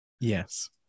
Yes